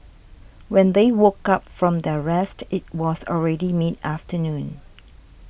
when they woke up from their rest it was already mid afternoon